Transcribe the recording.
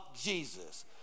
Jesus